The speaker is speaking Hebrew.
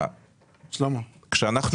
כשאנחנו